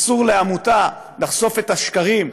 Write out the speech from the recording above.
אסור לעמותה לחשוף את השקרים,